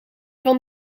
van